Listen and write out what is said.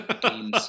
games